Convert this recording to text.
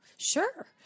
Sure